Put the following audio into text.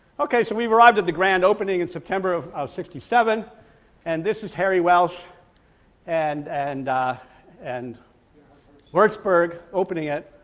okay so we've arrived at the grand opening in september of sixty seven and this is harry welsh and and and wertzberg opening it,